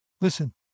Listen